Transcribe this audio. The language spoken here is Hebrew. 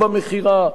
נלקחו,